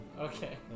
Okay